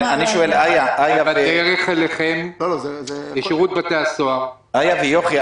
איילה ויוכי,